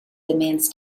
demands